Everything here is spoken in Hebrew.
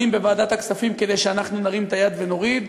בוועדת הכספים כדי שאנחנו נרים את היד ונוריד,